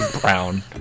brown